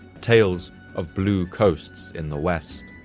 tales of blue coasts in the west.